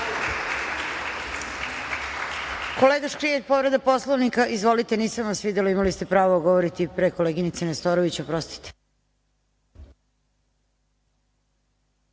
Ahmedin Škrijelj, povreda Poslovnika. Izvolite. Nisam vas videla, imali ste pravo da govorite i pre koleginice Nestorović, oprostite.